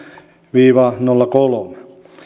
viiva nolla kolme